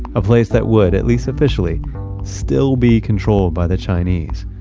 a place that would at least officially still be controlled by the chinese.